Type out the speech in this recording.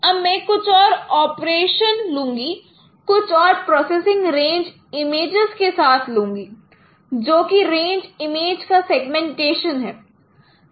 अब मैं कुछ और ऑपरेशन लूँगा कुछ और प्रोसेसिंग रेंज इमेजेस के साथ लूँगा जो की रेंज इमेज का सेगमेंटेशन है